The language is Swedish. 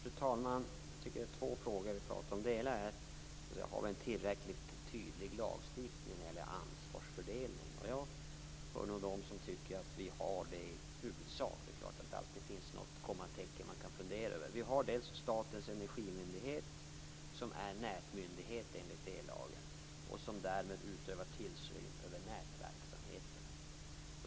Fru talman! Det är två frågor som vi pratar om. Den ena är om vi har en tillräckligt tydlig lagstiftning när det gäller ansvarsfördelningen. Jag tillhör dem som tycker att vi i huvudsak har det, även om det alltid finns ett eller annat kommatecken att fundera över. Vi har Statens energimyndighet som är nätmyndighet enligt ellagen och som utövar tillsyn över nätverksamheten.